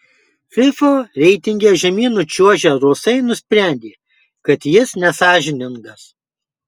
fifa reitinge žemyn nučiuožę rusai nusprendė kad jis nesąžiningas